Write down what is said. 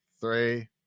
Three